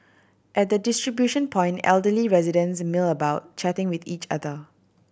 at the distribution point elderly residents mill about chatting with each other